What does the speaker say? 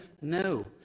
no